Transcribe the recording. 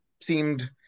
seemed